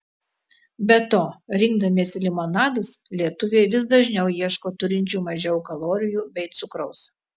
be to rinkdamiesi limonadus lietuviai vis dažniau ieško turinčių mažiau kalorijų bei cukraus